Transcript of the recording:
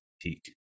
peak